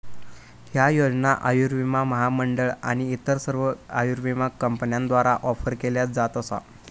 ह्या योजना आयुर्विमा महामंडळ आणि इतर सर्व आयुर्विमा कंपन्यांद्वारा ऑफर केल्या जात असा